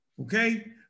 Okay